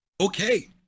okay